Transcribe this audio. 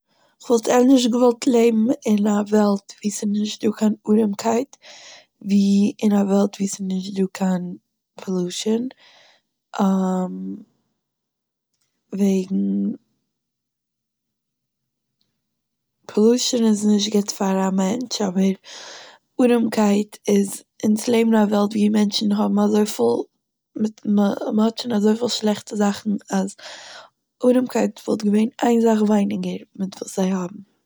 כ'וואלט ענדערש געוואלט לעבן אין א וועלט וואו ס'איז נישטא קיין ארעמקייט, ווי אין א וועלט וואס ס'איז נישטא קיין פאלושען וועגן, פאלושן איז נישט גוט פאר א מענטש אבער ארעמקייט איז- אונז לעבן אין א וועלט וואו מענטשן האבן אזויפיל- מ- מ'האט שוין אזויפיל שלעכטע זאכן אז, ארעמקייט וואלט געווען איין זאך ווייניגער מיט וואס זיי האבן